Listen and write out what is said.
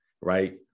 right